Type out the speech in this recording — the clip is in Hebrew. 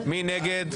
מי נגד?